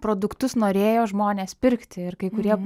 produktus norėjo žmonės pirkti ir kai kurie